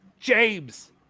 james